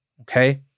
okay